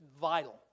vital